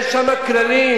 יש שם כללים.